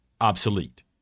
obsolete